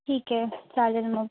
ठीक आहे चालेल मग